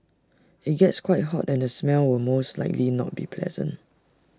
IT gets quite hot and the smell will most likely not be pleasant